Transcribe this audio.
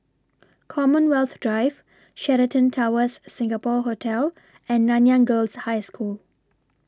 Commonwealth Drive Sheraton Towers Singapore Hotel and Nanyang Girls' High School